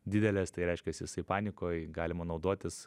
didelės tai reiškias jisai panikoj galima naudotis